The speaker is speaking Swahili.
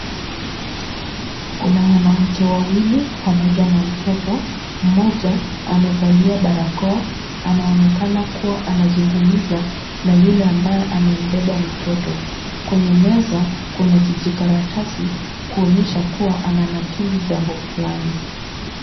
Kuna wanawake wawili pamoja na mtoto mmoja amevalia barakoa onaonekana kua anazungumza nayule aliye kua amebeba mtoto kwenye meza Kuna jikaratasi kuonyesha kua ana nakili jambo fulani.